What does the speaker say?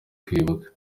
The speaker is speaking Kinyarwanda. kwibuka